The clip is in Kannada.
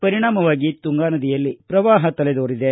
ಪರಿಣಾಮವಾಗಿ ತುಂಗಾ ನದಿಯಲ್ಲಿ ಪ್ರವಾಹ ತಲೆದೋರಿದೆ